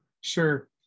Sure